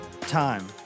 time